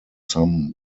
some